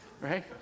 right